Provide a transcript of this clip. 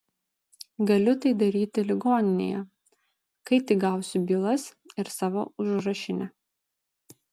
galiu tai daryti ligoninėje kai tik gausiu bylas ir savo užrašinę